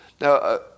Now